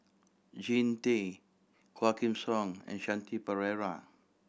Jean Tay Quah Kim Song and Shanti Pereira